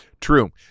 True